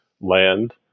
land